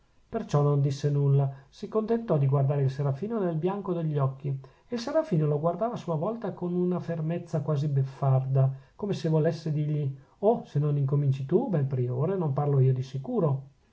perciò non disse nulla si contentò di guardare il serafino nel bianco degli occhi e il serafino lo guardava a sua volta con una fermezza quasi beffarda come se volesse dirgli oh se non incominci tu bel priore non parlo io di sicuro